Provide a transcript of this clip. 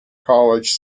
college